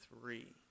three